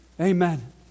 Amen